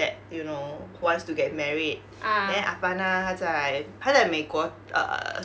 that you know who wants to get married then apanah 在她在美国 err